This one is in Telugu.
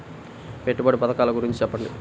పెట్టుబడి పథకాల గురించి చెప్పండి?